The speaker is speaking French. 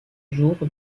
jour